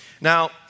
Now